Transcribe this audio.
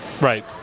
Right